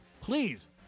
Please